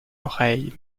oreille